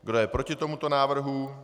Kdo je proti tomuto návrhu?